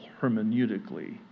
hermeneutically